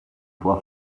può